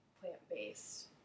plant-based